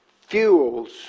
fuels